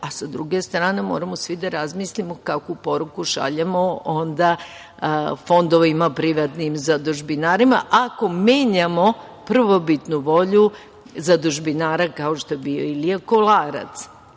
a sa druge strane moramo svi da razmislimo kakvu poruku šaljemo onda fondovima privatnim zadužbinarima, ako menjamo prvobitnu volju zadužbinara, kao što je bio Ilija Kolarac. Znači,